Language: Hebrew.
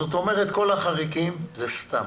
זאת אומרת, כל החריגים זה סתם.